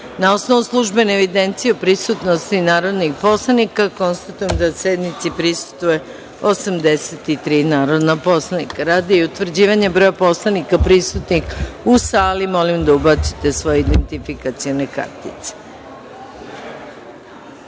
osnovu službene evidencije o prisutnosti narodnih poslanika, konstatujem da sednici prisustvuje 83 narodna poslanika. Radi utvrđivanja broja narodnih poslanika prisutnih u sali, molim da ubacite svoje identifikacione kartice